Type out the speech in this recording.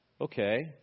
Okay